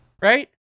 right